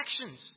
actions